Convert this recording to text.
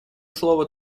слово